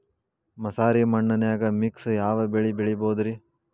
ಮಸಾರಿ ಮಣ್ಣನ್ಯಾಗ ಮಿಕ್ಸ್ ಯಾವ ಬೆಳಿ ಬೆಳಿಬೊದ್ರೇ?